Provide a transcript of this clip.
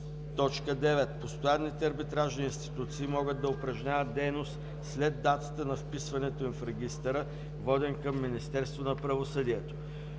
(9) Постоянните арбитражни институции могат да упражняват дейност след датата на вписването им в регистъра, воден към Министерството на правосъдието.